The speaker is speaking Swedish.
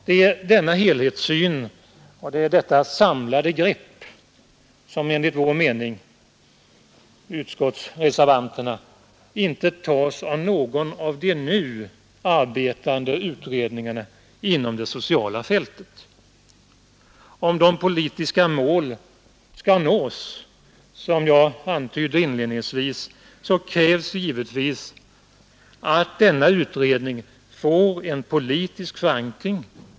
Denna helhetssyn och detta samlade grepp tas inte enligt vår mening av någon av de nu arbetande utredningarna inom det sociala fältet. Om de politiska mål skall nås som jag inledningsvis antydde, krävs givetvis att denna utredning får en politisk förankring.